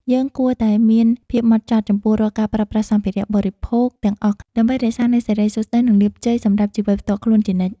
យើងគួរតែមានភាពហ្មត់ចត់ចំពោះរាល់ការប្រើប្រាស់សម្ភារៈបរិភោគទាំងអស់ដើម្បីរក្សានូវសិរីសួស្តីនិងលាភជ័យសម្រាប់ជីវិតផ្ទាល់ខ្លួនជានិច្ច។